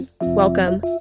Welcome